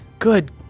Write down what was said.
Good